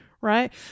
right